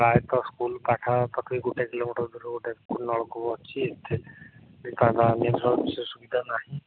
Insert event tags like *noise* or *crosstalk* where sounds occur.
ପ୍ରାୟତଃ ସ୍କୁଲ୍ ପାଖାପାଖି ଗୋଟେ କିଲୋମିଟର ଦୂରରୁ ଗୋଟେ ନଳକୂଅ ଅଛି *unintelligible* ବିଶେଷ ସୁବିଧା ନାହିଁ